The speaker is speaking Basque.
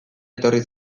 etorri